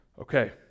Okay